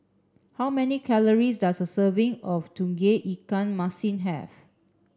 how many calories does a serving of Tauge Ikan Masin have